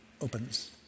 opens